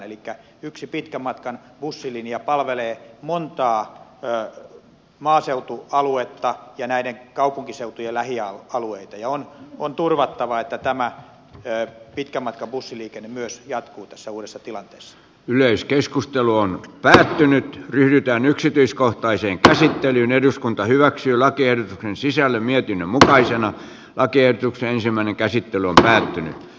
elikkä yksi pitkänmatkan bussilinja palvelee montaa maaseutualuetta ja näiden kaupunkiseutujen lähialueita ja on turvattava että tämä pitkänmatkan bussiliikenne myös jatkuu tässä uudessa tilanteessa yleiskeskustelu on päättynyt pyritään yksityiskohtaiseen käsittelyyn eduskunta hyväksyi lakien sisällön ja mutkaisen lakiehdotuksen ensimmäinen käsittely on tänään